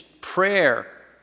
prayer